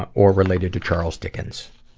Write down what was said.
ah or related to charles dickens.